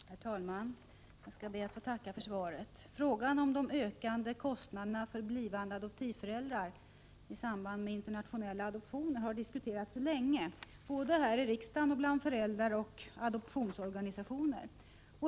Herr talman! Jag skall be att få tacka för svaret. Frågan om de ökande kostnaderna för blivande adoptivföräldrar i samband med internationella adoptioner har diskuterats länge både här i riksdagen och bland föräldrar och adoptionsorganisationer.